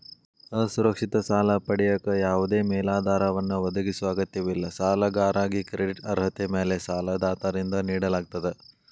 ಅಸುರಕ್ಷಿತ ಸಾಲ ಪಡೆಯಕ ಯಾವದೇ ಮೇಲಾಧಾರವನ್ನ ಒದಗಿಸೊ ಅಗತ್ಯವಿಲ್ಲ ಸಾಲಗಾರಾಗಿ ಕ್ರೆಡಿಟ್ ಅರ್ಹತೆ ಮ್ಯಾಲೆ ಸಾಲದಾತರಿಂದ ನೇಡಲಾಗ್ತ